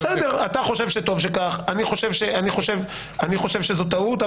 אתה חושב שטוב שכך, אני חושב שזאת טעות.